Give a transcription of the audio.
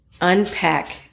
unpack